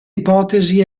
ipotesi